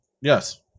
Yes